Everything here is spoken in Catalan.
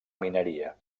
mineria